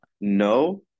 No